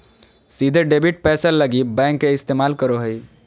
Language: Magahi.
सीधे डेबिट पैसा लगी बैंक के इस्तमाल करो हइ